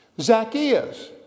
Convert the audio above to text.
Zacchaeus